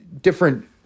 different